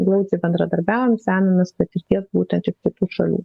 glaudžiai bendradarbiaujam semiamės patirties būtent iš kitų šalių